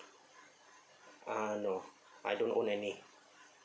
uh no I don't own any